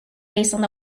based